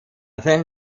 thin